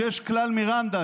שיש שם כלל מירנדה,